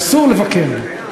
אסור לבקר בו.